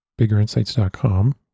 biggerinsights.com